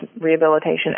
rehabilitation